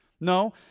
No